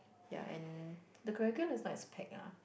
ya and the curriculum is not as pack ah